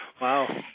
Wow